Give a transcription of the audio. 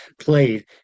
played